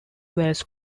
wales